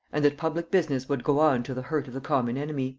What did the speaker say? and that public business would go on to the hurt of the common enemy